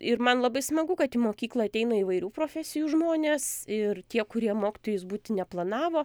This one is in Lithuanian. ir man labai smagu kad į mokyklą ateina įvairių profesijų žmonės ir tie kurie mokytojais būti neplanavo